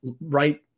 right